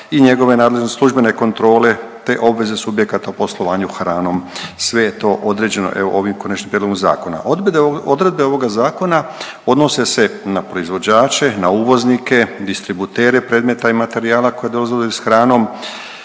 i njegove službene kontrole, te obveze subjekata u poslovanju hranom. Sve je to određeno evo ovim konačnim prijedlogom zakona. Odredbe ovoga zakona odnose se na proizvođače, na uvoznike, distributere predmeta i materijala koji dolaze u dodir sa hranom,